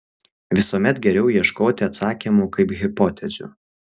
visuomet geriau ieškoti atsakymų kaip hipotezių